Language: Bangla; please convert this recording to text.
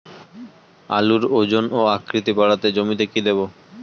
আলুর ওজন ও আকৃতি বাড়াতে জমিতে কি দেবো?